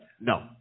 No